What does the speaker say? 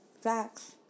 facts